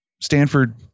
Stanford